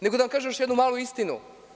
Nego da vam kažem još jednu malu istinu.